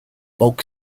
folk